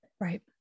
Right